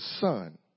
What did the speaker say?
son